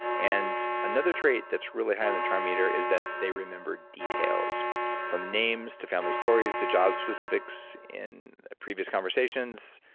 and another trait that's really high on the charm meter is that they remember details from names, to family stories, to job specifics in previous conversations,